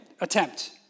attempt